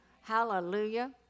Hallelujah